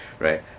right